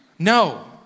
No